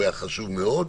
שהיה חשוב מאוד,